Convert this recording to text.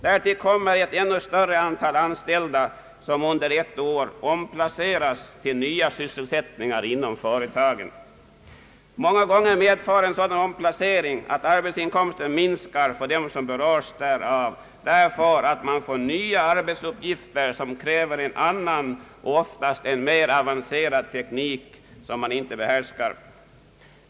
Därtill kommer ett ännu större antal anställda som under ett år omplaceras till nya sysselsättningar inom företagen. Många gånger medför en sådan omplacering att arbetsinkomsten minskar för dem som berörs därav därför att vederbörande får nya arbetsuppgifter som kräver en annan och i de flesta fall en mera avancerad teknik som han inte behärskar.